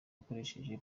akoresheje